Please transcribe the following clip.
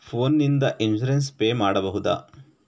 Phone ನಿಂದ insurance pay ಮಾಡಬಹುದ?